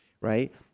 right